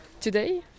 today